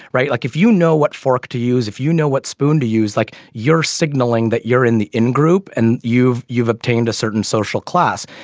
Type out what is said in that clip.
right. like if you know what fork to use if you know what spoon to use like you're signaling that you're in the in group and you've you've obtained a certain social class.